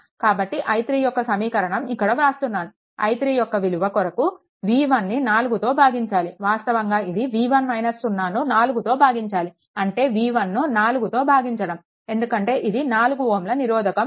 కాబట్టి i3 యొక్క సమీకరణం ఇక్కడ వ్రాస్తున్నాను i3 యొక్క విలువ కొరకు V1ను 4తో భాగించాలి వాస్తవానికి ఇది V1 - 0ను 4తో భాగించాలి అంటే V1 ను 4తో భాగించడం ఎందుకంటే ఇక్కడ 4 Ω నిరోధకం ఉంది